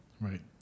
Right